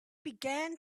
began